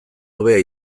hobea